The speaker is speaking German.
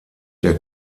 der